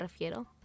refiero